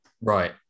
Right